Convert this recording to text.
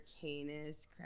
Canis